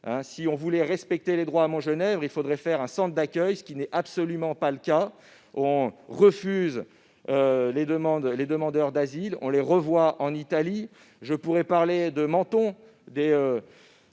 Si l'on voulait respecter les droits à Montgenèvre, il faudrait créer un centre d'accueil, ce qui n'est absolument pas à l'ordre du jour. On refuse les demandeurs d'asile, on les renvoie en Italie. Je pourrais parler des centres